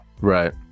Right